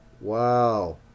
Wow